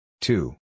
two